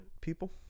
people